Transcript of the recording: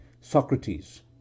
Socrates